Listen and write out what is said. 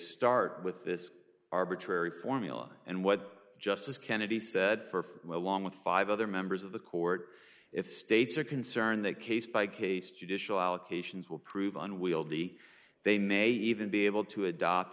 start with this arbitrary formula and what justice kennedy said for along with five other members of the court if states are concerned that case by case judicial allocations will prove unwieldy they may even be able to adopt